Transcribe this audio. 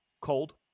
Cold